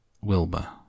Wilbur